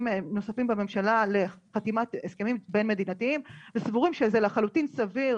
נוספים בממשלה לחתימת הסכמים בין מדינתיים וסבורים שזה לחלוטין סביר